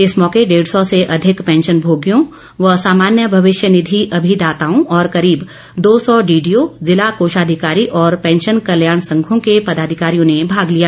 इस मौके डेढ़ सौ से अधिक पैंशन भोगियों व सामान्य भविष्य निधि अभिदाताओं और करीब दो सौ डीडीओ जिला कोषाधिकारी और पैंशन कल्याण संघों के पदाधिकारियों ने भाग लिया